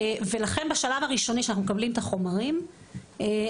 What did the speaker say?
לכן בשלב הראשוני שאנחנו מקבלים את החומרים אנחנו